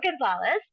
Gonzalez